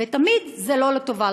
ותמיד זה לא לטובת